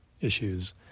issues